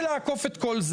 רמטכ"ל.